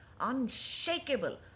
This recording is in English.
unshakable